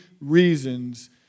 reasons